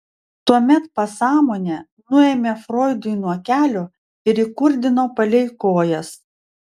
tuomet pasąmonę nuėmė froidui nuo kelio ir įkurdino palei kojas